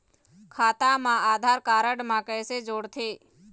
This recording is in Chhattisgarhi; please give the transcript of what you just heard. खाता मा आधार कारड मा कैसे जोड़थे?